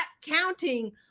counting